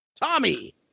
Tommy